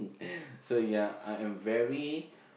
so ya I am very